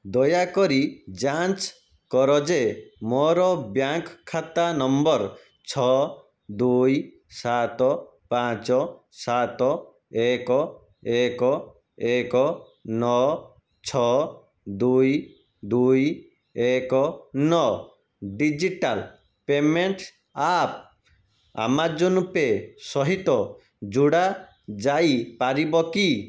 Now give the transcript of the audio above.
ଦୟାକରି ଯାଞ୍ଚ କର ଯେ ମୋର ବ୍ୟାଙ୍କ୍ ଖାତା ନମ୍ବର୍ ଛଅ ଦୁଇ ସାତ ପାଞ୍ଚ ସାତ ଏକ ଏକ ଏକ ନଅ ଛଅ ଦୁଇ ଦୁଇ ଏକ ନଅ digital payments app Amazon pay ସହିତ ଯୋଡ଼ା ଯାଇପାରିବ କି